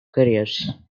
careers